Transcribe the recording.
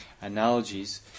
analogies